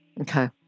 Okay